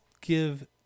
give